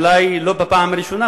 אולי לא בפעם הראשונה,